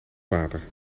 water